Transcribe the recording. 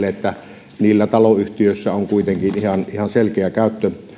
että niillä taloyhtiöissä on kuitenkin ihan selkeä käyttö